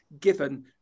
given